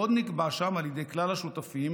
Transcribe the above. עוד נקבע שם על ידי כלל השותפים,